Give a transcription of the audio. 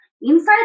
Inside